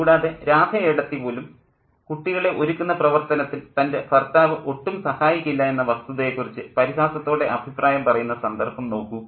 കൂടാതെ രാധ ഏട്ടത്തി പോലും കുട്ടികളെ ഒരുക്കുന്ന പ്രവർത്തനത്തിൽ തൻ്റെ ഭർത്താവ് ഒട്ടും സഹായിക്കില്ല എന്ന വസ്തുതയെക്കുറിച്ച് പരിഹാസത്തോടെ അഭിപ്രായം പറയുന്ന സന്ദർഭം നോക്കൂ